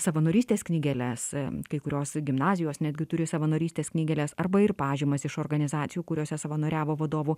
savanorystės knygeles kai kurios gimnazijos netgi turi savanorystės knygeles arba ir pažymas iš organizacijų kuriose savanoriavo vadovų